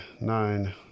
nine